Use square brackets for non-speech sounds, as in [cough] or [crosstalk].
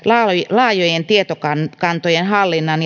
laajojen tietokantojen hallinnan [unintelligible]